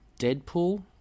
Deadpool